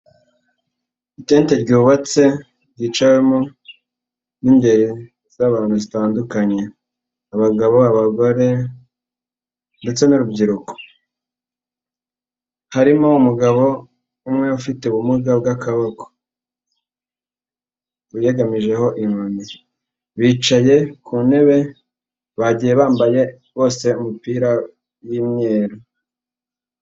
Itente ryubatse ryicawemo n'ingeri z'abantu zitandukanye; abagabo, abagore ndetse n'urubyiruko. Harimo umugabo umwe ufite ubumuga bw'akaboko, wiyegamije inkoni bicaye ku ntebe bagiye bambaye bose imipira y'imyeru.